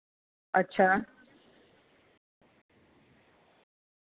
अच्छा